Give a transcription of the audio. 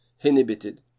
inhibited